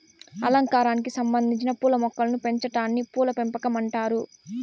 అలంకారానికి సంబందించిన పూల మొక్కలను పెంచాటాన్ని పూల పెంపకం అంటారు